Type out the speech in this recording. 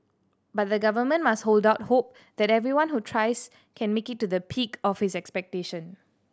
but the Government must hold out hope that everyone who tries can make it to the peak of his expectation